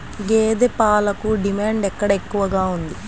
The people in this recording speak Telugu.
గేదె పాలకు డిమాండ్ ఎక్కడ ఎక్కువగా ఉంది?